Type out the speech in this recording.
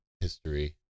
History